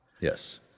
Yes